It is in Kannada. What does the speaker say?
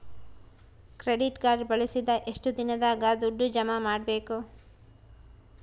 ಕ್ರೆಡಿಟ್ ಕಾರ್ಡ್ ಬಳಸಿದ ಎಷ್ಟು ದಿನದಾಗ ದುಡ್ಡು ಜಮಾ ಮಾಡ್ಬೇಕು?